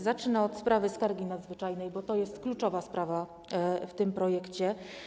Zacznę od sprawy skargi nadzwyczajnej, bo to jest kluczowa sprawa w tym projekcie.